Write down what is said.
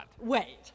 Wait